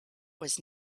was